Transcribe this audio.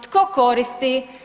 Tko koristi?